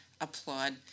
applaud